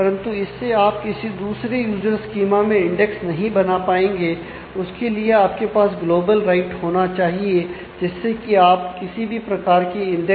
परंतु इससे आप किसी दूसरे यूजर स्कीमा के द्वारा बना सकें